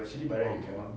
oh